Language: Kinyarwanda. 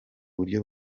buryo